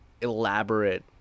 elaborate